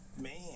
Man